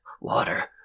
Water